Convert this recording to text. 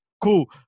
Cool